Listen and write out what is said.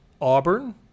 Auburn